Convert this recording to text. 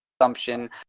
assumption